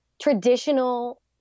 traditional